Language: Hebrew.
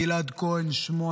גלעד כהן שמו,